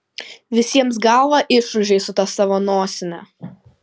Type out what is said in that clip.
visiems galvą išūžei su ta savo nosine